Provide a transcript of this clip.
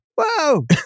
Whoa